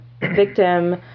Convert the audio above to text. victim